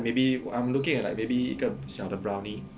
K lah maybe I'm looking at like maybe 一个小的 brownie